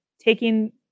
taking